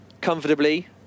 comfortably